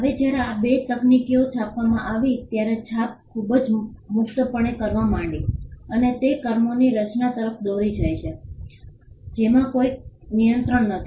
હવે જ્યારે આ બે તકનીકીઓ છાપવામાં આવી ત્યારે છાપ ખૂબ જ મુક્તપણે કરવા માંડી અને તે કામોની રચના તરફ દોરી જાય છે જેમાં કોઈ નિયંત્રણ નથી